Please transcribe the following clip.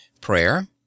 Prayer